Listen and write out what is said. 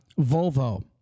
Volvo